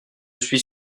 suis